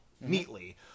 neatly